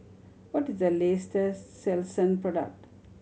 what is the latest Selsun product